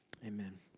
Amen